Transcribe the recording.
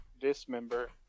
dismember